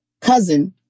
cousin